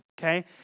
okay